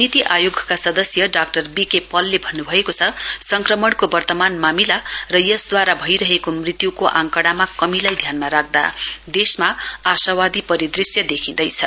नीति आयोगका सदस्य डाक्टर वीके पलले भन्न्भएको छ संक्रमणको वर्तमान मामिला र यसद्वारा भइरहेको मृत्युको आकड़ामा कमीलाई ध्यानमा राख्दा देशमा आशावादी परिदृश्य देखिँदैछ